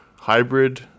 hybrid